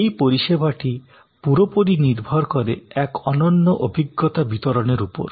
এই পরিষেবাটি পুরোপুরি নির্ভর করে এক অনন্য অভিজ্ঞতা বিতরণের উপর